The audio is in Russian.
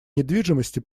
недвижимости